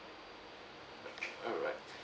alright